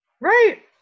Right